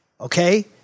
okay